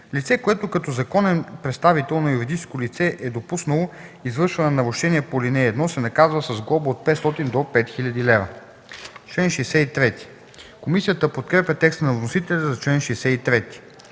Лице, което като законен представител на юридическо лице е допуснало извършване на нарушение по ал. 1, се наказва с глоба от 500 до 5000 лв.” По чл. 63 комисията подкрепя текста на вносителя. По чл. 64